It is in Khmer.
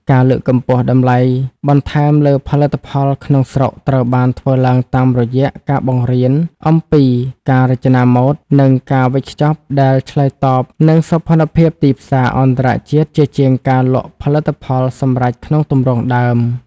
ការលើកកម្ពស់តម្លៃបន្ថែមលើផលិតផលក្នុងស្រុកត្រូវបានធ្វើឡើងតាមរយៈការបង្រៀនអំពីការរចនាម៉ូដ និងការវេចខ្ចប់ដែលឆ្លើយតបនឹងសោភ័ណភាពទីផ្សារអន្តរជាតិ ជាជាងការលក់ផលិតផលសម្រេចក្នុងទម្រង់ដើម។